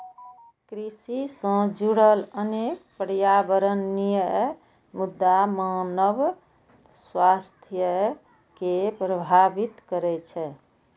कृषि सं जुड़ल अनेक पर्यावरणीय मुद्दा मानव स्वास्थ्य कें प्रभावित करै छै